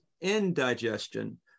indigestion